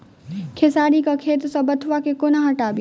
खेसारी केँ खेत सऽ बथुआ केँ कोना हटाबी